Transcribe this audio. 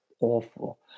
awful